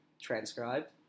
transcribed